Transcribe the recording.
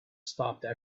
stopped